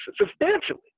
substantially